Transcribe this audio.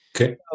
Okay